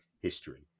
history